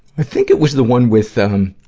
i think it was the one with, um,